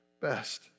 best